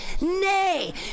nay